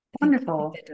Wonderful